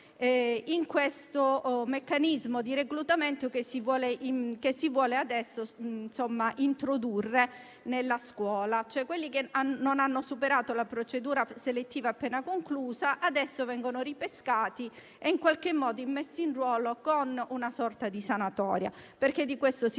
in questo meccanismo di reclutamento che si vuole introdurre nella scuola. Cioè quelli che non hanno superato la procedura selettiva appena conclusa adesso vengono ripescati e immessi in ruolo con una sorta di sanatoria. Di questo,